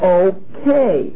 okay